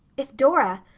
if dora.